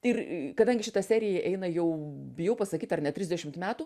ir kadangi šita serija eina jau bijau pasakyt ar ne trisdešimt metų